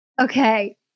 Okay